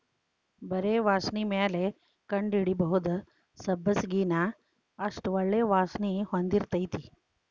ಬರಿ ವಾಸ್ಣಿಮ್ಯಾಲ ಕಂಡಹಿಡಿಬಹುದ ಸಬ್ಬಸಗಿನಾ ಅಷ್ಟ ಒಳ್ಳೆ ವಾಸ್ಣಿ ಹೊಂದಿರ್ತೈತಿ